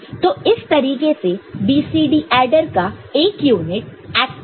तो इस तरीके से BCD एडर का एक यूनिट एक्ट करता है